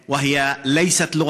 והיא שפה של תקשורת בין בני אדם.